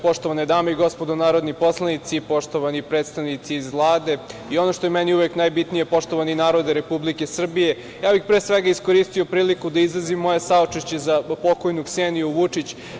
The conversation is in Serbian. Poštovane dame i gospodo narodni poslanici, poštovani predstavnici iz Vlade i, ono što je meni najbitnije, poštovani narode Republike Srbije, ja bih iskoristio priliku da izrazim moje saučešće za pokojnu Kseniju Vučić.